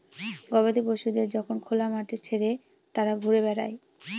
গবাদি পশুদের যখন খোলা মাঠে ছেড়ে তারা ঘুরে বেড়ায়